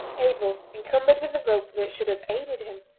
abel encumbered with the rope that should have aided him,